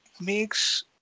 makes